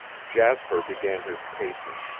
jasper began his pacing.